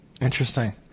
Interesting